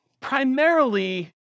primarily